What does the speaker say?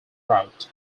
route